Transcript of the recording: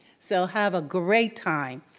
so have a great time.